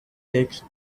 takes